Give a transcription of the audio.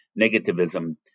negativism